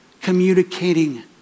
communicating